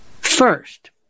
First